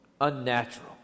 unnatural